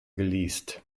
geleast